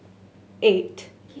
eight